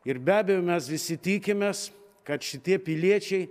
ir be abejo mes visi tikimės kad šitie piliečiai